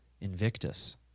Invictus